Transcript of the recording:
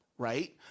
Right